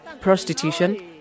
prostitution